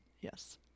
Yes